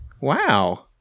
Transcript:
Wow